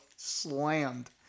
slammed